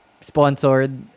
sponsored